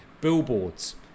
billboards